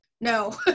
no